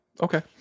okay